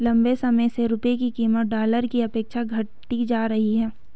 लंबे समय से रुपये की कीमत डॉलर के अपेक्षा घटती जा रही है